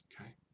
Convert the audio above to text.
Okay